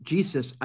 Jesus